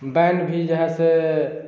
ban भी जो है सो